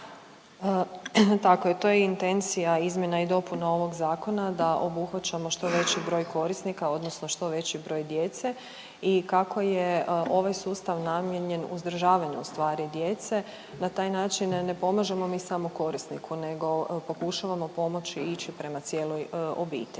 Tako je, to je intencija izmjena i dopuna ovog zakona da obuhvaćamo što veći broj korisnika odnosno što veći broj djece i kako je ovaj sustav namijenjen uzdržavanju u stvari djece, na taj način ne pomažemo mi samo korisniku nego pokušavamo pomoći i ići prema cijeloj obitelji.